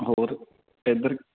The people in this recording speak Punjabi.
ਹੋਰ ਇੱਧਰ